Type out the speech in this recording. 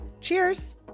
Cheers